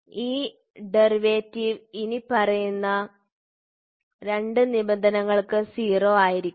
ഈ ഡെറിവേറ്റീവ് ഇനിപ്പറയുന്ന രണ്ട് നിബന്ധനകൾക്ക് 0 ആയിരിക്കും